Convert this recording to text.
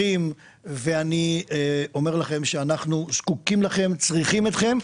אנחנו זקוקים לכם, צריכים אתכם.